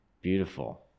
beautiful